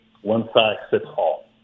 one-size-fits-all